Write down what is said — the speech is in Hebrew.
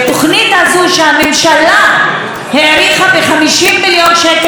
שהממשלה העריכה ב-50 מיליון שקל שנתיים,